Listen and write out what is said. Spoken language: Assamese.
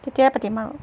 তেতিয়াই পাতিম আৰু